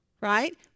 right